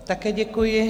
Také děkuji.